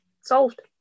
Solved